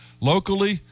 locally